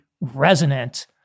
resonant